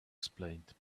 explained